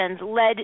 led